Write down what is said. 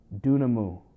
Dunamu